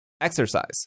Exercise